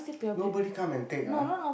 nobody come and take ah